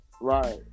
right